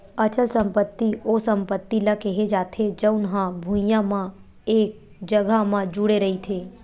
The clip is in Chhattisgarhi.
अचल संपत्ति ओ संपत्ति ल केहे जाथे जउन हा भुइँया म एक जघा म जुड़े रहिथे